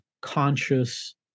conscious